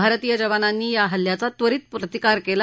भारतीय जवानांनी या हल्ल्याचा त्वरित प्रतिकार केला